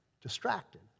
distracted